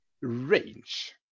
range